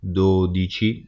dodici